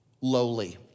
lowly